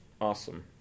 Awesome